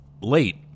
late